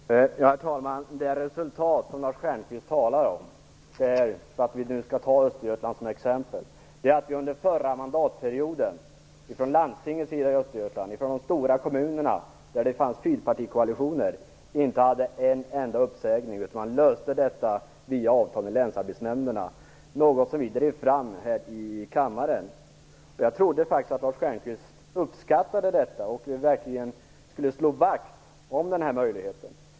Herr talman! Låt mig vad gäller det resultat som Lars Stjernkvist talar om ta Östergötland som exempel. Under den förra mandatperioden hade vi inte en enda uppsägning från landstingets sida och från de stora kommuner där det fanns fyrpartikoalitioner, utan löste problemen via avtal med länsarbetsnämnderna. Det var något som vi drev fram här i kammaren. Jag trodde faktiskt att Lars Stjernkvist uppskattade detta och verkligen ville slå vakt om denna möjlighet.